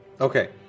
Okay